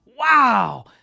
wow